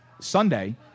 Sunday